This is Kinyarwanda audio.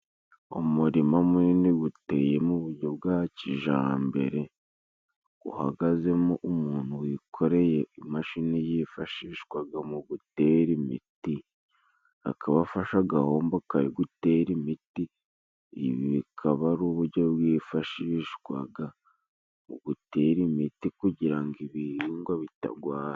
Umurima munini guteye mu bujyo bwa kijambere, guhagazemo umuntu wikoreye imashini yifashishwaga mu gutera imiti ,akaba afashe agahombo kari gutera imiti ,ibi bikaba ari ubujyo bwifashishwaga mu gutera imiti kugira ngo ibihingwa bitagwara.